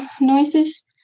noises